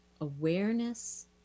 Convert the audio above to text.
awareness